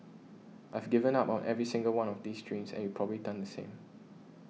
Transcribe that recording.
I've given up on every single one of these dreams and you've probably done the same